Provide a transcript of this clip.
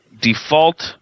default